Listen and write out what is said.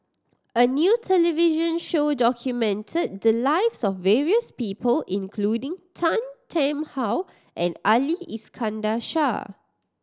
a new television show documented the lives of various people including Tan Tarn How and Ali Iskandar Shah